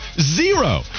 Zero